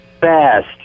best